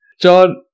John